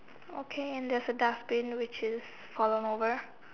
okay and there's a dustbin which is fallen over